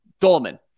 Dolman